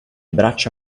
braccia